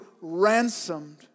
ransomed